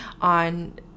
on